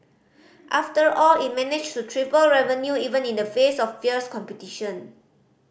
after all it managed to triple revenue even in the face of fierce competition